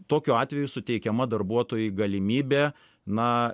tokiu atveju suteikiama darbuotojui galimybė na